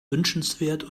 wünschenswert